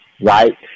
Right